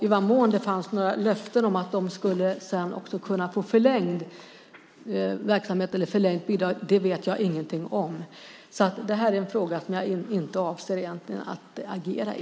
I vad mån det fanns några löften om att föreningen också skulle kunna få förlängd verksamhet eller förlängt bidrag vet jag ingenting om. Det här är en fråga som jag egentligen inte avser att agera i.